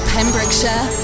Pembrokeshire